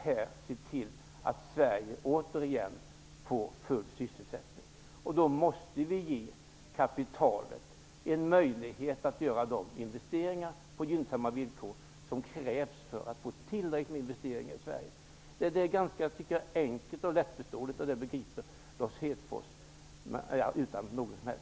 Sverige skall återigen få full sysselsättning. Då måste vi ge kapitalet en möjlighet att göra investeringar med gynsamma villkor. Det är enkelt och lättförståeligt, och det begriper Lars Hedfors.